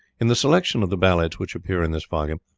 in the selection of the ballads which appear in this volume,